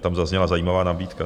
Tam zazněla zajímavá nabídka.